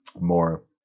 more